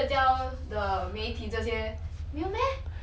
没有啦在家就是玩 game liao 哪里有时间去看无聊的东西